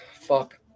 fuck